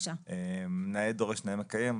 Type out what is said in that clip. נאה דורש נאה מקיים,